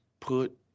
put